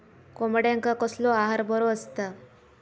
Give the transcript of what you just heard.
कोंबड्यांका कसलो आहार बरो असता?